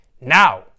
now